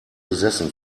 besessen